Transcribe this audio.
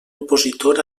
opositor